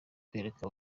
kwereka